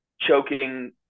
choking